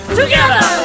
together